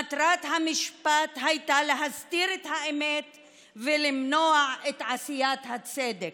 מטרת המשפט הייתה להסתיר את האמת ולמנוע את עשיית הצדק.